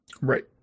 Right